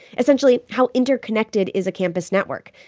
essentially, how interconnected is a campus network?